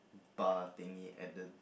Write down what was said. parting it at the